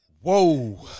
Whoa